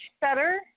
better